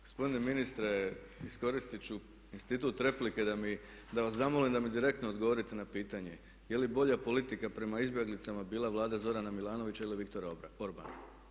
Gospodine ministre iskoristiti ću institutu replike da mi, da vas zamolim da mi direktno odgovorite na pitanje, je li bolja politika prema izbjeglicama bila Vlade Zorana Milanovića ili Viktora Orbana?